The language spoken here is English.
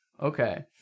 Okay